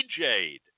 DJed